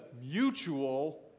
mutual